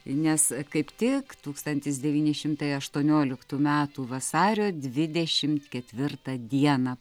nes kaip tik tūkstantis devyni šimtai aštuonioliktų metų vasario dvidešimt ketvirtą dieną